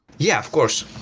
yeah, of course.